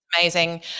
Amazing